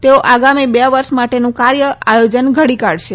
તેઓ આગામી બે વર્ષ માટેનું કાર્ય આયોજન ઘડી કાઢશે